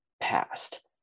past